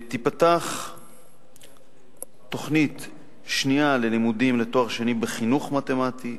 תיפתח תוכנית שנייה ללימודים לתואר שני בחינוך מתמטי.